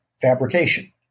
fabrication